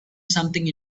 something